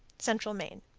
central maine.